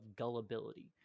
gullibility